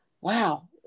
wow